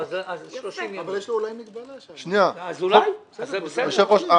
--- אדוני היושב ראש,